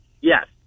Yes